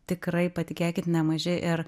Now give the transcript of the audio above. tikrai patikėkit nemaži ir